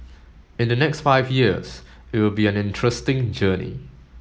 in the next five years it will be an interesting journey